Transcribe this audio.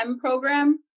program